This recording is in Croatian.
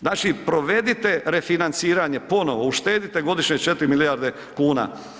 Znači, provedite refinanciranje ponovno, uštedite godišnje 4 milijarde kuna.